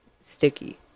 sticky